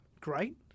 great